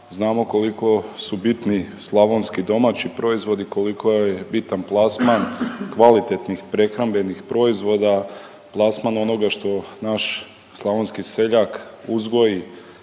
znamo koliko su bitni slavonski domaći proizvodi, koliko je bitan plasman kvalitetnih prehrambenih proizvoda, plasman onoga što nas slavonski seljak uzgoji